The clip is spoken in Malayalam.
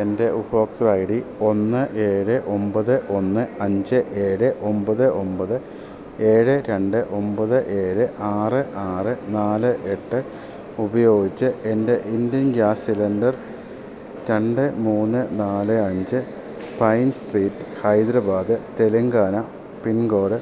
എൻ്റെ ഉപഭോക്തൃ ഐ ഡി ഒന്ന് ഏഴ് ഒമ്പത് ഒന്ന് അഞ്ച് ഏഴ് ഒമ്പത് ഒമ്പത് ഏഴ് രണ്ട് ഒമ്പത് ഏഴ് ആറ് ആറ് നാല് എട്ട് ഉപയോഗിച്ച് എൻ്റെ ഇന്ത്യൻ ഗ്യാസ് സിലിണ്ടർ രണ്ട് മൂന്ന് നാല് അഞ്ച് pine street Hyderabad Telangana pincode